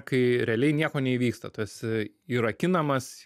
kai realiai nieko neįvyksta tu esi įrakinamas